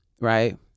right